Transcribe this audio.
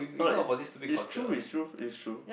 not it is true is truth is true